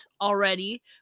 already